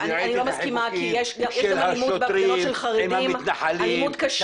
אני ראיתי את החיבוקים של השוטרים עם המתנחלים.